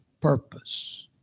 purpose